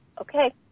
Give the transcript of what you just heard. okay